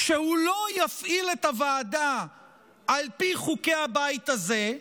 שהוא לא יפעיל את הוועדה על פי חוקי הבית הזה,